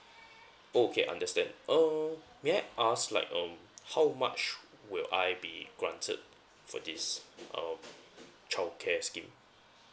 okay understand uh may I ask like um how much will I be granted for this um childcare scheme